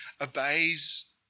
obeys